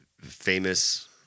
famous